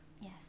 Yes